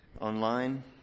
online